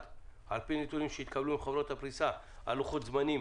על-פי נתונים שיתקבלו מחברות הפריסה על לוחות זמנים